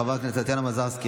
חברת הכנסת טטיאנה מזרסקי,